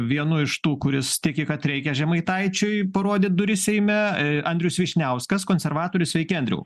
vienu iš tų kuris tiki kad reikia žemaitaičiui parodyt duris seime andrius vyšniauskas konservatorius sveiki andriau